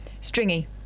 Stringy